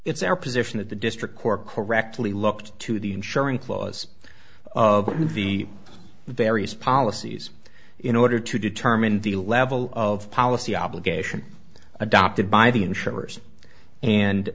our position that the district court correctly looked to the insuring clause of the various policies in order to determine the level of policy obligation adopted by the insurers and